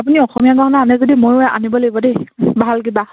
আপুনি অসমীয়া গহনা আনে যদি মইও আনিব লাগিব দেই ভাল কিবা